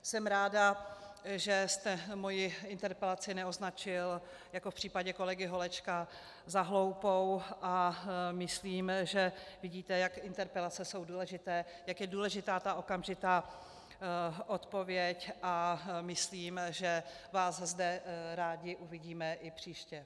Jsem ráda, že jste moji interpelaci neoznačil jako v případě kolegy Holečka za hloupou, a myslím, že vidíte, jak interpelace jsou důležité, jak je důležitá ta okamžitá odpověď, a myslím, že vás zde rádi uvidíme i příště.